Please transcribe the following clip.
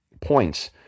points